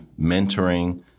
mentoring